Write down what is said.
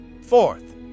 Fourth